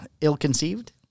Ill-conceived